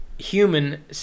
Human